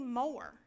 more